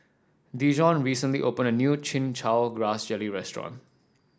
Dijon recently opened a new Chin Chow Grass Jelly restaurant